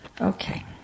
Okay